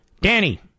Danny